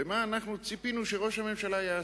ומה ציפינו שראש הממשלה יעשה.